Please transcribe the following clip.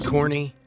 Corny